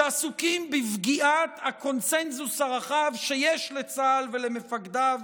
שעסוקים בפגיעה בקונסנזוס הרחב שיש לצה"ל ולמפקדיו